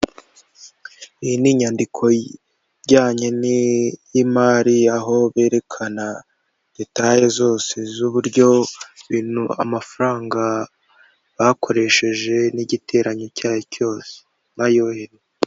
Iyi ni inyandiko ijyanye n'imari aho berekana detaye zose z'uburyo amafaranga bakoresheje n'igiteranyo cyayo cyose bayohereje.